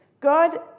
God